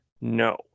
No